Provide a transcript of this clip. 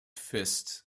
fist